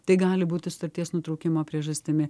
tai gali būti sutarties nutraukimo priežastimi